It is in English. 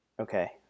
Okay